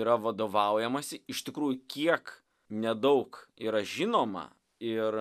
yra vadovaujamasi iš tikrųjų kiek nedaug yra žinoma ir